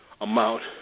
amount